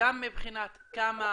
מבחינת כמה